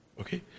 Okay